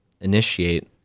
initiate